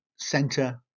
Center